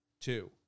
two